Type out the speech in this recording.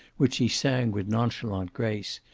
which she sang with nonchalant grace,